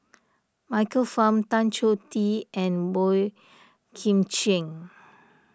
Michael Fam Tan Choh Tee and Boey Kim Cheng